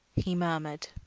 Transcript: he murmured.